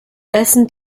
essen